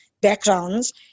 backgrounds